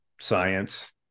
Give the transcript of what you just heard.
science